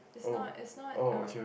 is not is not um